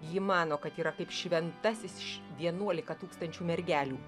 ji mano kad yra kaip šventasis iš vienuolika tūkstančių mergelių